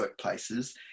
workplaces